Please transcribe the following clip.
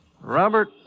Robert